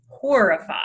horrified